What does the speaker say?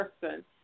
person